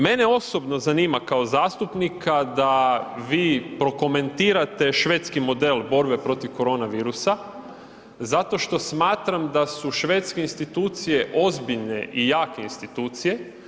Mene osobno zanima kao zastupnika da vi prokomentirate švedski model borbe protiv korona virusa zato što smatram da su švedske institucije ozbiljne i jake institucije.